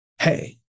Hey